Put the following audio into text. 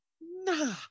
Nah